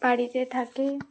বাড়িতে থাকি